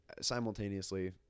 simultaneously